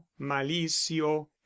Malicio